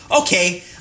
okay